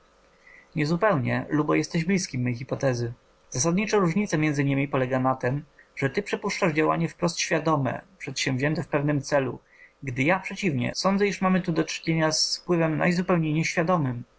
niezupełnie lubo jesteś blizkim mej hipotezy zasadnicza różnica między nami polega na tem że ty przypuszczasz działanie wprost świadome przedsięwzięte w pewnym celu gdy ja przeciwnie sądzę iż mamy tu do czynienia z wpływem najzupełniej nieświadomym